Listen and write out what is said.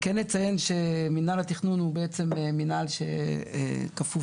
אני כן אציין שמנהל התכנון הוא בעצם מנהל שכפוך לשרה.